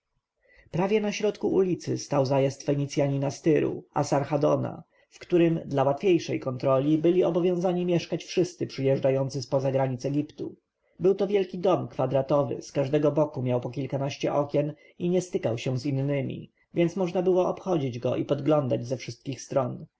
prawie we środku ulicy stał zajazd fenicjanina z tyru asarhadona w którym dla łatwiejszej kontroli byli obowiązani mieszkać wszyscy przyjeżdżający z poza granic egiptu był to wielki dom kwadratowy z każdego boku miał po kilkanaście okien i nie stykał się z innemi więc można było obchodzić go i podglądać ze wszystkich stron